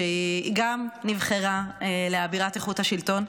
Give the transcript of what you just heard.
שגם נבחרה לאבירת איכות השלטון,